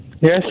Yes